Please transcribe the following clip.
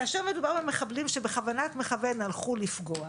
כאשר מדובר במחבלים שבכוונת מחבלים הלכו לפגוע,